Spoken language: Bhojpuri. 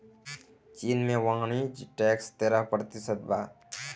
चीन में वाणिज्य टैक्स तेरह प्रतिशत बा